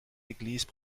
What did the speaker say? églises